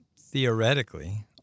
theoretically